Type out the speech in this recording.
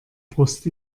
brust